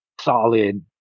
solid